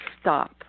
stop